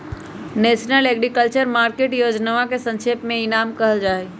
national agriculture market योजनवा के संक्षेप में ई नाम कहल जाहई